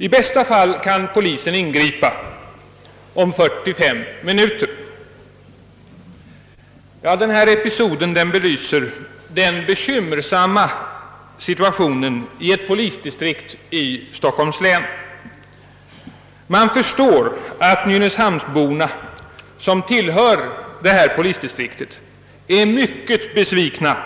I bästa fall kan polisbilen ingripa om 45 minuter. Denna episod belyser den bekymmersamma situationen i ett polisdistrikt i Stockholms län. Man förstår att nynäshamnsborna, som tillhör detta polisdistrikt, är mycket besvikna